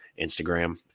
Instagram